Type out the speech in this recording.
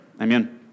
Amen